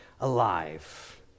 alive